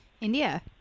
India